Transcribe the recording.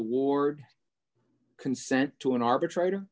award consent to an arbitrator